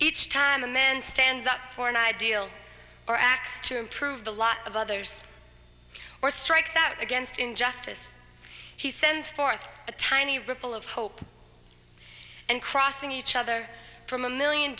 each time a man stands up for an ideal or acts to improve the lot of others or strikes out against injustice he sends forth a tiny ripple of hope and crossing each other from a million